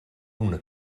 una